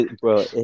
bro